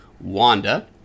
Wanda